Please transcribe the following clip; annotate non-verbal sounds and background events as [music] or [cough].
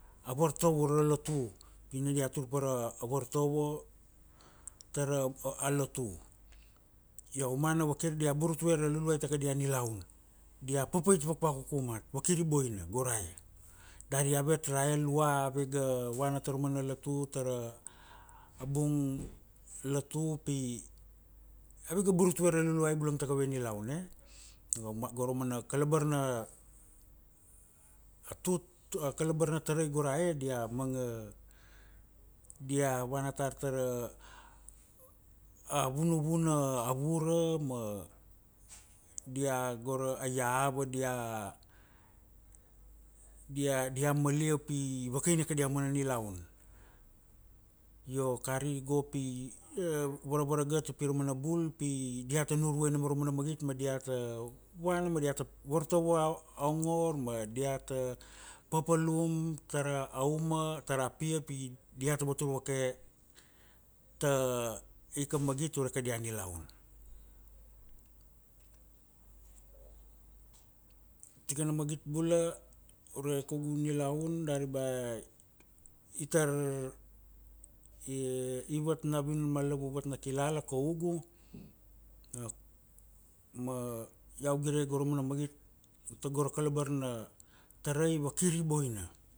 Avartovo la lotu pina, dia tur para avartovo tara alotu, io aumana vakir dia burut tia la luluai ta ke dia nilaun, dia papait vavakuku mat ma kir i boina go rae, dari avet rae lua ave ga vana ta ra mana lotu tara abung lotu pi, avet ga burut ure a luluai bulung ta kave nilaun, gora mana kalabar na a tut akalabar na tarai go rae dia manga, dia vana tar tara [hesitation] a vunuvuna avura ma, dia gora aiava dia dia- dia melia pi vekaina kada mana nilaun, io kari go pi [hesitation] varavar gar ta pi mara bul pi diat ta nurvue nom ra mana magit ma diat ta vana ma diat ta vartovo ongor, ma diat ta popolum tara auma tara pia pi diat ta vartovo voke, ta ika magit ure kadia nilaun, [hesitation] tikana magit bula ure kaugu nikaun dari ba itar ia ivat na vinun ma lavuvat na kilala kaugu, [hesitation] ma iau gire gora mana magit togo ra kalabar na tarai ba kir boina,